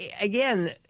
again